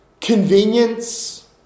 convenience